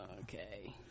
okay